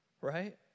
Right